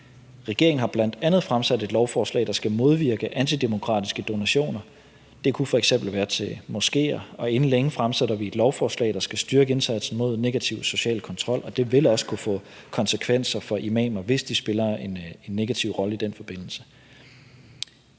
Regeringen har bl.a. fremsat et lovforslag, der skal modvirke antidemokratiske donationer. Det kunne f.eks. være til moskéer. Og inden længe fremsætter vi et lovforslag, der skal styrke indsatsen mod negativ social kontrol, og det vil også kunne få konsekvenser for imamer, hvis de spiller en negativ rolle i den forbindelse.